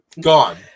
gone